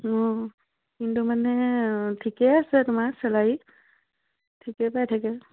অঁ কিন্তু মানে ঠিকেই আছে তোমাৰ চেলাৰী ঠিকেই পাই থাকে